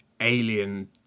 alien